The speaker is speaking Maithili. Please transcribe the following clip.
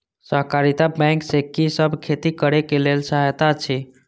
सहकारिता बैंक से कि सब खेती करे के लेल सहायता अछि?